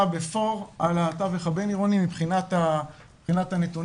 ב'פור' על הטווח הבין-עירוני מבחינת הנתונים.